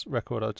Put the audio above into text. record